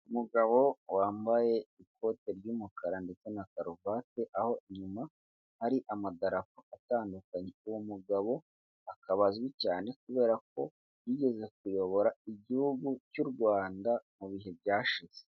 Gufata ubwishingizi ni ingenzi kuri buri muntu wese niyo nama nabagira, kuko birafasha, binakemura ibibazo runaka igihe bahuye nabyo, urugero: niba ufite nka miliyoni nka zirindwi ukaziguramo inzu gashya, ejo bara kugoboka. Ariko urumva iyo ntayo ufite biba ibibazo.